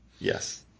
Yes